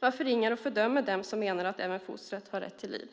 Man förringar och fördömer dem som menar att även fostret har rätt till liv.